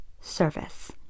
Service